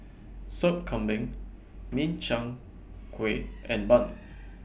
Sop Kambing Min Chiang Kueh and Bun